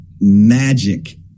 magic